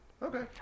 Okay